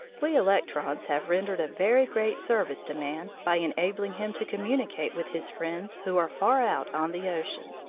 we electrons have rendered a very great service to man by enabling him to communicate with his friends who are far out on the ocean,